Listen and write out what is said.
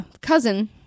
cousin